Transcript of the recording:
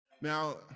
Now